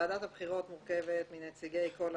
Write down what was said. שוועדת הבחירות מורכבת מנציגי כל הסיעות.